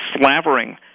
slavering